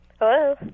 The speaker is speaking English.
Hello